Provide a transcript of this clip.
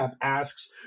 asks